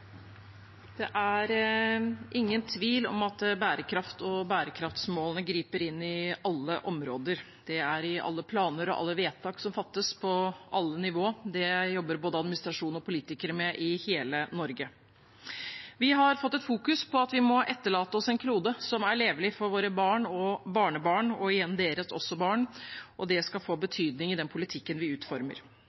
det ingen tvil om at bærekraft og bærekraftsmålene griper inn i alle områder. De er i alle planer og alle vedtak som fattes på alle nivåer. Det jobber både administrasjon og politikere med i hele Norge. Vi har fått et fokus på at vi må etterlate oss en klode som er levelig for våre barn, barnebarn og deres barn igjen, og det skal få betydning i den politikken vi utformer.